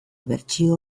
bertsio